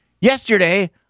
Yesterday